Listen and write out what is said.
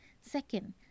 Second